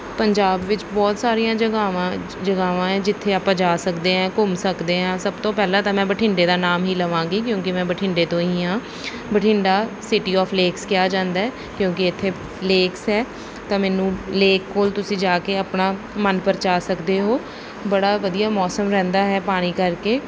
ਪੰਜਾਬ ਵਿੱਚ ਬਹੁਤ ਸਾਰੀਆਂ ਜਗਾਵਾਂ ਜਗਾਵਾਂ ਹੈ ਜਿੱਥੇ ਆਪਾਂ ਜਾ ਸਕਦੇ ਹਾਂ ਘੁੰਮ ਸਕਦੇ ਹਾਂ ਸਭ ਤੋਂ ਪਹਿਲਾਂ ਤਾਂ ਮੈਂ ਬਠਿੰਡੇ ਦਾ ਨਾਮ ਹੀ ਲਵਾਂਗੀ ਕਿਉਂਕਿ ਮੈਂ ਬਠਿੰਡੇ ਤੋਂ ਹੀ ਹਾਂ ਬਠਿੰਡਾ ਸਿਟੀ ਆਫ ਲੇਕਸ ਕਿਹਾ ਜਾਂਦਾ ਕਿਉਂਕਿ ਇੱਥੇ ਲੇਕਸ ਹੈ ਤਾਂ ਮੈਨੂੰ ਲੇਕ ਕੋਲ ਤੁਸੀਂ ਜਾ ਕੇ ਆਪਣਾ ਮਨਪਰਚਾ ਸਕਦੇ ਹੋ ਬੜਾ ਵਧੀਆ ਮੌਸਮ ਰਹਿੰਦਾ ਹੈ ਪਾਣੀ ਕਰਕੇ